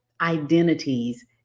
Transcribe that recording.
identities